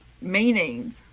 meaning